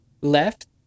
left